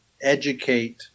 educate